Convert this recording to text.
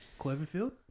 Cloverfield